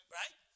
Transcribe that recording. right